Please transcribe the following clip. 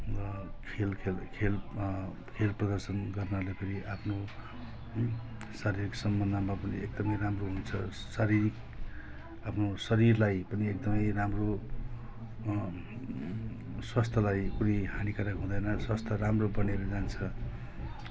र खेल खेल खेल प्रदर्शन गर्नाले पनि आफ्नो है शारीरिक सम्बन्धमा पनि राम्रो हुन्छ शारीरिक आफ्नो शरीरलाई पनि एकदमै राम्रो स्वास्थ्यलाई पनि हानिकारक हुँदैन स्वास्थ्य राम्रो बनेर जान्छ